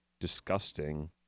disgusting